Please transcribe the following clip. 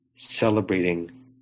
celebrating